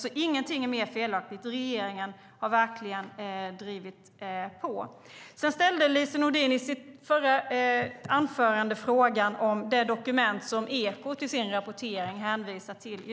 Regeringen har alltså verkligen drivit på. I sitt förra inlägg ställde Lise Nordin en fråga om det dokument som Ekot i sin rapportering i dag hänvisar till.